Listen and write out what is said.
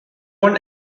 one